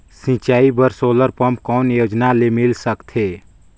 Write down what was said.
सिंचाई बर solar pump कौन योजना ले मिल सकथे?